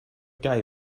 guy